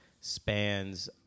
spans